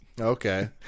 Okay